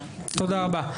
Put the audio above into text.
תודה רבה.